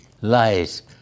lies